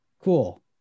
Cool